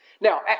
Now